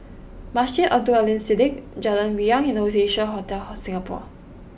Masjid Abdul Aleem Siddique Jalan Riang and Oasia Hotel home Singapore